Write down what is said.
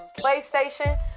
playstation